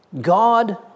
God